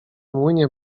młynie